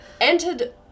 Entered